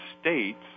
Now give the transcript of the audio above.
states